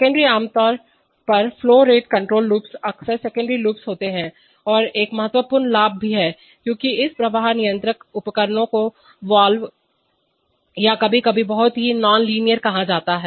सेकेंडरीआमतौर पर flow control loops अक्सर secondary loops होते हैं और एक महत्वपूर्ण लाभ भी है क्योंकि इस प्रवाह नियंत्रण उपकरणों को वाल्व या कभी कभी बहुत ही नॉनलाइनर कहा जाता है